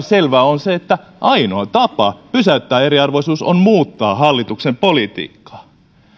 selvää on se että ainoa tapa pysäyttää eriarvoisuus on muuttaa hallituksen politiikkaa